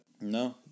No